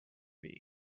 hiv